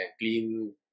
clean